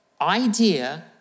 idea